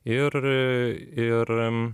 ir ir